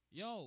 yo